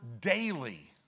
daily